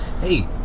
Hey